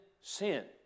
sin